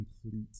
complete